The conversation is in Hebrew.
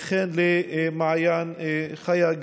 וכן למעיין חיה גביסון.